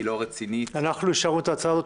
היא לא רצינית --- אנחנו אישרנו את ההצעה הזאת,